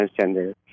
transgender